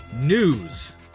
News